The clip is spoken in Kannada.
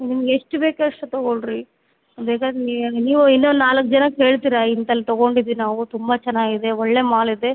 ನಿಮ್ಗೆ ಎಷ್ಟು ಬೇಕ ಅಷ್ಟು ತಗೋಳಿ ರೀ ಬೇಕಾದ್ರೆ ನೀವು ಇನ್ನೊಂದು ನಾಲ್ಕು ಜನ ಹೇಳ್ತಿರ ಇಂತಲ್ಲಿ ತಗೊಂಡಿದೀವಿ ನಾವು ತುಂಬ ಚೆನ್ನಾಗಿ ಇದೆ ಒಳ್ಳೆ ಮಾಲು ಇದೆ